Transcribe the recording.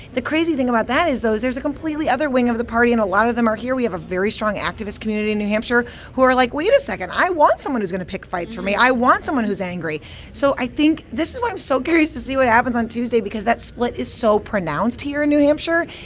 the crazy thing about that is, though, there's a completely other wing of the party, and a lot of them are here. we have a very strong activist community in new hampshire who are like, wait a second i want someone who's going to pick fights for me. i want someone who's angry so i think this is why i'm so curious to see what happens on tuesday, because that split is so pronounced here in new hampshire,